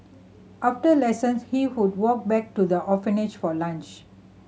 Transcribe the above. after lessons he would walk back to the orphanage for lunch